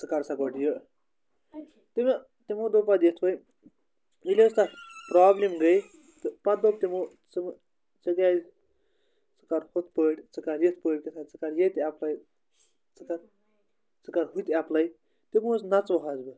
ژٕ کَر سا گۄڈٕ یہِ تہٕ تِمو دوٚپ پَتہٕ یِتھ پٲٹھۍ ییٚلہِ حظ تۄہہِ پرٛابلِم گٔے تہٕ پَتہٕ دوٚپ تِمو ژٕ ژٕ کیٛازِ ژٕ کَر ہُتھ پٲٹھۍ ژٕ کَر یِتھ پٲٹھۍ کیٛاہ تھام ژٕ کَرٕ ییٚتہِ اٮ۪پلَے ژٕ کَر ژٕ کَر ہُتہِ اٮ۪پلَے تِمو حظ نَژوٕ حظ بہٕ